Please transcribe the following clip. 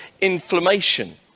inflammation